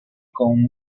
con